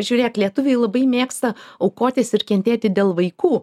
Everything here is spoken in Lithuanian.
žiūrėk lietuviai labai mėgsta aukotis ir kentėti dėl vaikų